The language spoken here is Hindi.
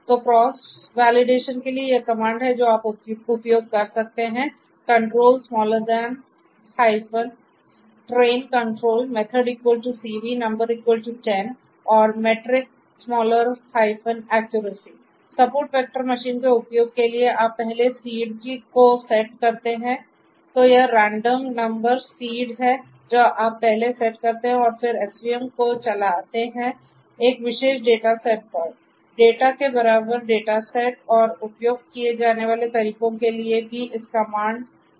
तो क्रॉस वेलिडेशन के लिए यह कमांड है जो आप उपयोग करते हैं control trainControl और metric "Accuracy" support vector machine के उपयोग के लिए आप पहले सीड का उपयोग करते हैं